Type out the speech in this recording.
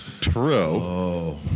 True